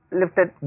lifted